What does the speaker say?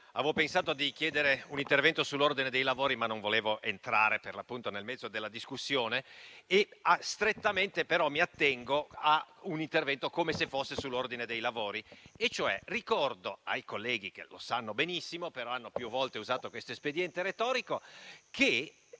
avevo pensato di chiedere un intervento sull'ordine dei lavori, ma non volevo entrare per l'appunto nel mezzo della discussione, quindi mi atterrò strettamente a un intervento come se fosse sull'ordine dei lavori. Ricordo cioè ai colleghi - che lo sanno benissimo, però hanno più volte usato questo espediente retorico - che